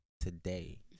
today